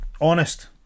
honest